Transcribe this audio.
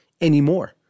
anymore